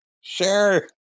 sure